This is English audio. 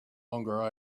longer